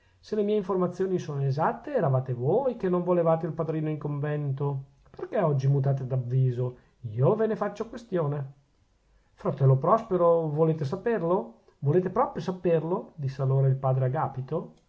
se le mie informazioni sono esatte eravate voi che non volevate il padrino in convento perchè oggi mutate d'avviso io ve ne faccio questione fratello prospero volete saperlo volete proprio saperlo disse allora il padre agapito